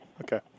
Okay